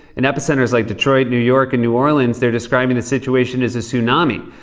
in epicenters like detroit, new york, and new orleans, they're describing the situation as a tsunami,